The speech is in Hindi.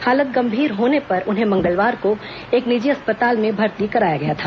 हालत गंभीर होने पर उन्हें मंगलवार को एक निजी अस्पताल में भर्ती कराया गया था